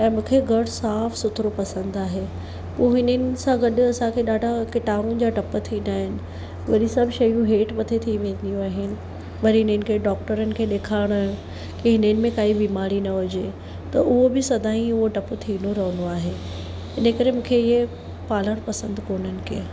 ऐं मूंखे घरु साफ़ु सुथिरो पसंदि आहे पोइ हिननि सां गॾु असांखे ॾाढा किटाणु जा ढपु थींदा आहिनि वरी सभु शयूं हेठि मथे थी वेंदियूं आहिनि वरी हिननि खे ॾोक्टरनि खे ॾेखारण की हिननि में काई बीमारी न हुजे त उहो बि सदाईं उहो ढपु थींदो रहंदो आहे हिन करे मूंखे इयं पालणु पसंदि कोन्हनि केर